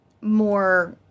more